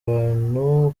abantu